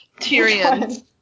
Tyrion